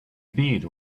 beat